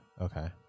Okay